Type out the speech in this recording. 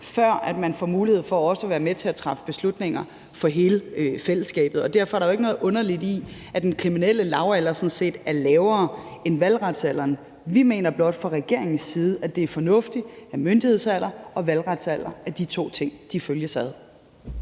før man får mulighed for også at være med til at træffe beslutninger for hele fællesskabet. Derfor er der jo ikke noget underligt i, at den kriminelle lavalder sådan set er lavere end valgretsalderen. Vi mener blot fra regeringens side, at det er fornuftigt, at myndighedsalderen og valgretsalderen følges ad.